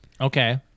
Okay